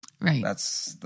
Right